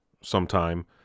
sometime